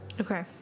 Okay